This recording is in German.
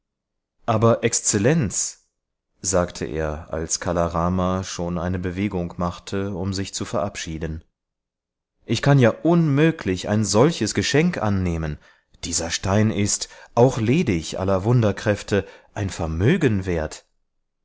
aber exzellenz sagte er als kala rama schon eine bewegung machte um sich zu verabschieden ich kann ja unmöglich ein solches geschenk annehmen dieser stein ist auch ledig aller wunderkräfte ein vermögen wert